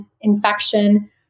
infection